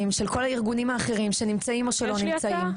של כל הארגונים האחרים שנמצאים או שלא נמצאים.